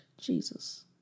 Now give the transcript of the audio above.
Jesus